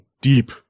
deep